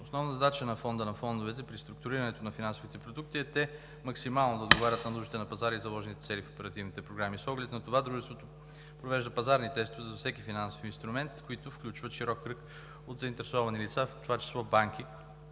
Основна задача на Фонда на фондовете при структурирането на финансовите продукти е те максимално да отговарят на нуждите на пазара и заложените цели в оперативните програми. С оглед на това дружеството провежда пазарни тестове за всеки финансов инструмент, които включват широк кръг от заинтересовани лица, в това число банки,